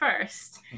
first